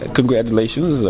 congratulations